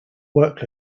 work